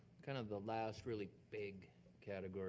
kind of the last really big category